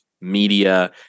media